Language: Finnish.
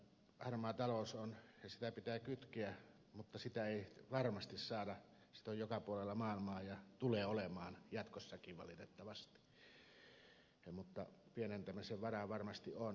harmaata taloutta on ja sitä pitää kitkeä mutta sitä ei varmasti saada kitkettyä kokonaan koska sitä on joka puolella maailmaa ja tulee olemaan jatkossakin valitettavasti mutta pienentämisen varaa varmasti on